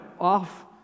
off